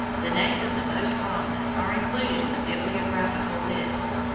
the names of the most prominent are included in the bibliographical list.